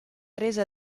resa